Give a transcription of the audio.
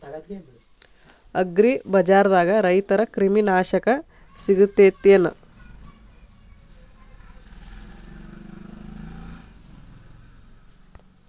ಅಗ್ರಿಬಜಾರ್ದಾಗ ರೈತರ ಕ್ರಿಮಿ ನಾಶಕ ಸಿಗತೇತಿ ಏನ್?